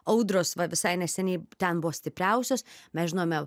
audros va visai neseniai ten buvo stipriausios mes žinome